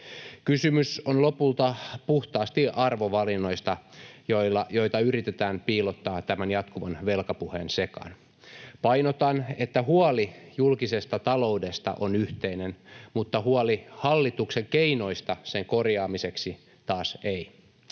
Kysymys on lopulta puhtaasti arvovalinnoista, joita yritetään piilottaa tämän jatkuvan velkapuheen sekaan. Painotan, että huoli julkisesta taloudesta on yhteinen mutta hallituksen keinot sen korjaamiseksi taas eivät.